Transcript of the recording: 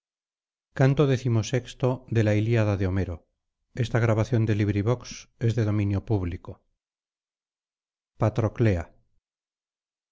la ilíada homero